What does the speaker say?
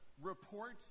report